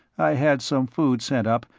i had some food sent up,